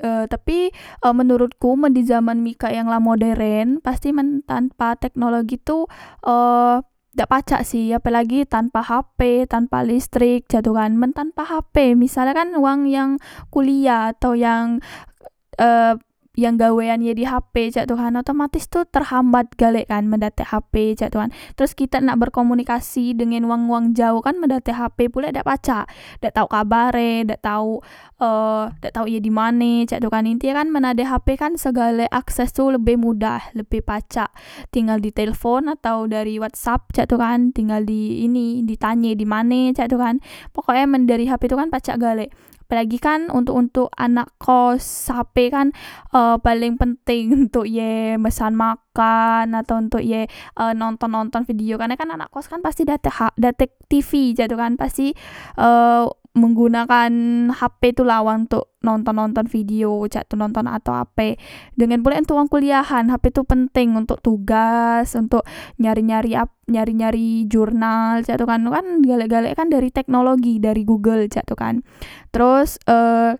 e tapi menorotku men di zaman mikak yang la modern pasti men tanpa teknologi tu e dak pacaksih apelagi tanpa hp tanpa listrik cak tu kan men tanpa hp misale kan wang yang kuliah atau yang e gawean ye di hp cak tu kan otomatis tu terhambat galek kan men dak tek hp cak tu kan teros kitek nak berkomunikasi dengen wang wang jaoh kan men dak katek hp pulek dak pacak dak tau kabar e dak tau e dak tau ye dimane cak tu kan intie kan men ade hp kan segalek akses tu lebe mudah lebeh pacak tinggal di telfon atau dari whatsapp cak tu kan tinggal di ini ditanye dimane cak tu kan pokok e men dari hp tu kan pacak galek apelagi kan ontok ontok anak kos hp kan e paleng penteng ntok ye pesan makan atau ontok ye e nonton nonton video karne kan anak kos kan dakte hak dak tek tv cak tu kan pasti e menggunakan hp tula wang ntok nonton nonton video cak tu nonton atau ape dengan pulek ontok wong kuliahan hp tu penteng ontok tugas ontok nyari nyari ap nyari nyari jurnal cak tu kan kan galek galek kan dari teknologi dari google cak tu kan teros e